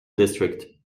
district